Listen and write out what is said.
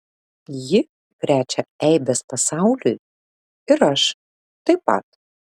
ji krečia eibes pasauliui ir aš taip pat